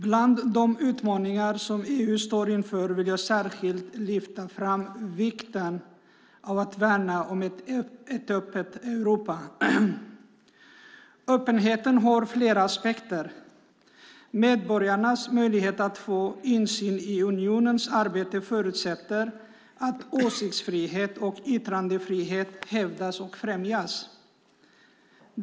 Bland de utmaningar som EU står inför vill jag särskilt lyfta fram vikten av att värna om ett öppet Europa. Öppenheten har flera aspekter. Medborgarnas möjlighet att få insyn i unionens arbete förutsätter att åsiktsfrihet och yttrandefrihet hävdas och främjas.